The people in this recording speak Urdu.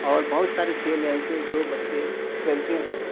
اور بہت سارے کھیل ہیں ایسے جو بچے کھیلتے ہیں